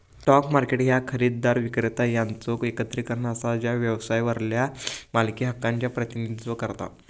stock market ह्या खरेदीदार, विक्रेता यांचो एकत्रीकरण असा जा व्यवसायावरल्या मालकी हक्कांचा प्रतिनिधित्व करता